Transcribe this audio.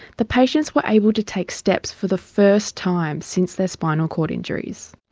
the patients were able to take steps for the first time since their spinal cord injuries.